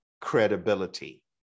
credibility